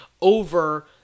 over